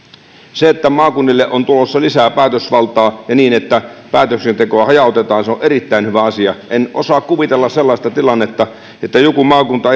se että maakunnille on tulossa lisää päätösvaltaa niin että päätöksentekoa hajautetaan on erittäin hyvä asia en osaa kuvitella sellaista tilannetta että joku maakunta